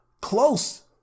close